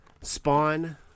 spawn